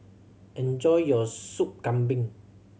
enjoy your Sup Kambing